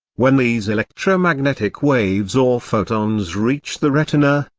when these electromagnetic waves or photons reach the retina,